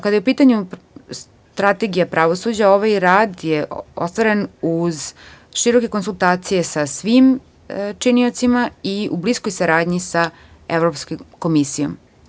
Kada je u pitanju strategija pravosuđa, ovaj rad je ostvaren uz široke konsultacije sa svim činiocima i u bliskoj saradnji sa evropskom komisijom.